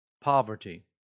poverty